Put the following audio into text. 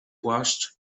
płaszcz